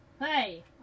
hey